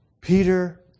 Peter